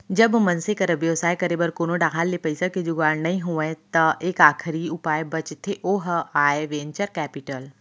जब मनसे करा बेवसाय करे बर कोनो डाहर ले पइसा के जुगाड़ नइ होय त एक आखरी उपाय बचथे ओहा आय वेंचर कैपिटल